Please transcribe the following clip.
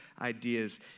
ideas